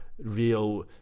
Real